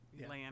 land